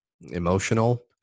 emotional